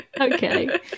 okay